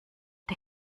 der